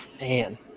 man